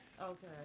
Okay